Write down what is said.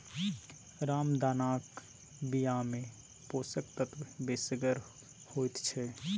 रामदानाक बियामे पोषक तत्व बेसगर होइत छै